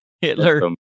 Hitler